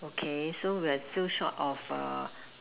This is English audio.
okay so we are still short of err